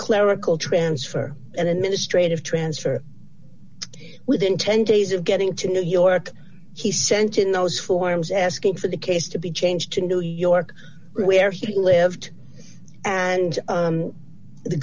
clerical transfer and then ministry of transfer within ten days of getting to new york he sent in those forms asking for the case to be changed to new york where he lived and